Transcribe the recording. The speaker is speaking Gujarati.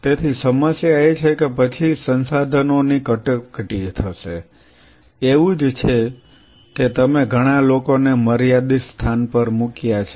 તેથી સમસ્યા એ છે કે પછી સંસાધનોની કટોકટી થશે એવું જ છે કે તમે ઘણા લોકોને મર્યાદિત સ્થાન પર મૂક્યા છે